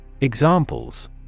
Examples